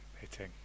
hitting